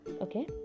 Okay